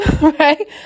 right